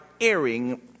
airing